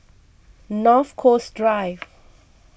North Coast Drive